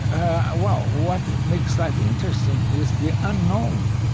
ah ah well, what makes life interesting is the unknown.